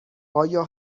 آیا